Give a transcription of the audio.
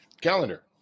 calendar